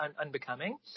unbecoming